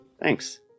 Thanks